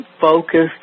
focused